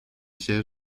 się